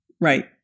Right